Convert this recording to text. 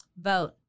vote